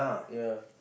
ya